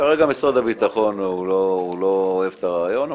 כרגע משרד הביטחון לא אוהב את הרעיון,